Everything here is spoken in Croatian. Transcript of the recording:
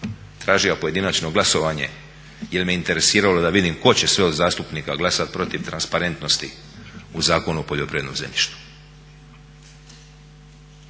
tražio pojedinačno glasovanje jer me je interesiralo da vidim tko će sve od zastupnika glasati protiv transparentnosti u Zakonu o poljoprivrednom zemljištu.